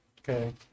okay